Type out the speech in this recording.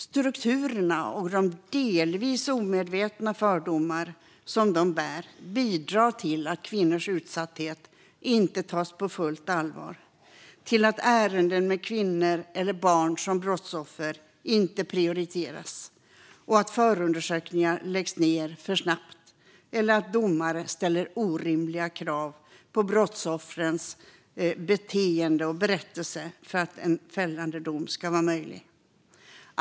Strukturerna och de delvis omedvetna fördomar som de bär bidrar till att kvinnors utsatthet inte tas på fullt allvar, till att ärenden med kvinnor eller barn som brottsoffer inte prioriteras, till att förundersökningar läggs ned för snabbt och till att domare ställer orimliga krav på brottsoffrens beteende och berättelse för att en fällande dom ska vara möjlig.